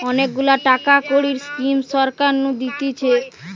অনেক গুলা টাকা কড়ির স্কিম সরকার নু দিতেছে